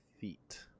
feet